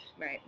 Right